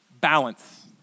balance